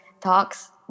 talks